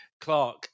Clark